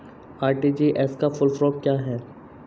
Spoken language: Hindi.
आर.टी.जी.एस का फुल फॉर्म क्या है?